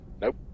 Nope